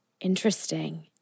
Interesting